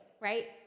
right